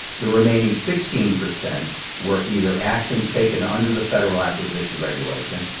the remaining sixteen percent were either actions taken under the federal acquisition regulation,